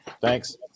Thanks